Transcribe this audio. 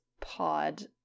Pod